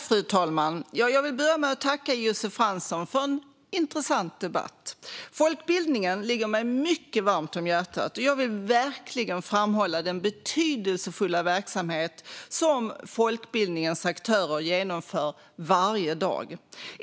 Fru talman! Jag vill börja med att tacka Josef Fransson för en intressant debatt. Folkbildningen ligger mig mycket varmt om hjärtat, och jag vill verkligen framhålla den betydelsefulla verksamhet som folkbildningens aktörer genomför varje dag.